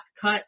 cut